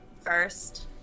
first